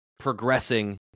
progressing